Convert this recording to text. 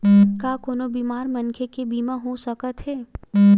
का कोनो बीमार मनखे के बीमा हो सकत हे?